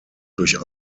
durch